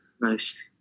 Nice